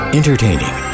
entertaining